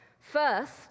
First